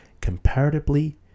comparatively